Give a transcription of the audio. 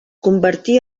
convertí